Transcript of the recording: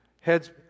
Heads